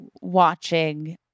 watching